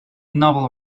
novel